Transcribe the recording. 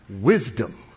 Wisdom